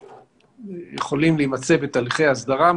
שיכולים להימצא בתהליכים ההסדרה,